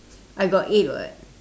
I got eight [what]